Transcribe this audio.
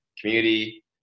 community